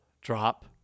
drop